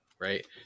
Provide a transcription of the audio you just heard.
right